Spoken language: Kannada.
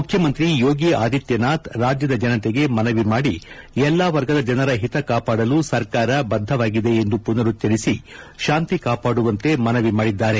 ಮುಖ್ಯಮಂತ್ರಿ ಯೋಗಿ ಆಧಿತ್ಯನಾಥ್ ರಾಜ್ಯದ ಜನತೆಗೆ ಮನವಿ ಮಾಡಿ ಎಲ್ಲಾ ವರ್ಗದ ಹಿತ ಕಾಪಾಡಲು ಸರ್ಕಾರ ಬದ್ಧವಾಗಿದೆ ಎಂದು ಪುನರುಚ್ಚರಿಸಿ ಶಾಂತಿ ಕಾಪಾಡುವಂತೆ ಮನವಿ ಮಾಡಿದ್ದಾರೆ